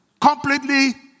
Completely